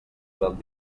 del